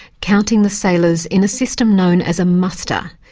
counting the sailors in a system known as a muster,